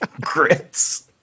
Grits